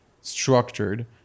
structured